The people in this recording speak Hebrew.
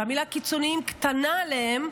שהמילה "קיצוניים" קטנה עליהם,